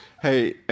Hey